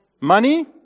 Money